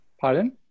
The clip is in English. Pardon